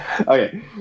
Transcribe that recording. Okay